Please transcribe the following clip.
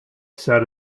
sat